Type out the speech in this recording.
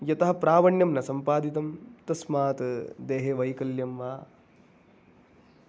यतः प्रावीण्यं न सम्पादितं तस्मात् देहे वैकल्यं वा